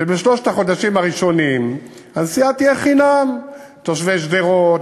שבשלושת החודשים הראשונים הנסיעה תהיה חינם לתושבי שדרות,